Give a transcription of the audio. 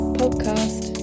podcast